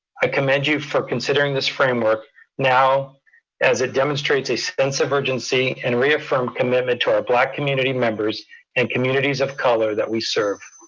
i commend you for considering this framework now as it demonstrates a sense of urgency and reaffirm commitment to our black community members and communities of color that we serve.